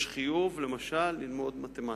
יש חיוב, למשל, ללמוד מתמטיקה.